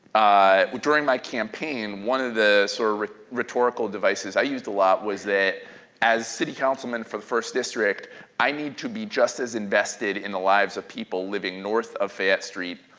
during my campaign one of the sort of rhetorical devices i used a lot was that as city councilman for the first district i need to be just as invested in the lives of people living north of fayette street.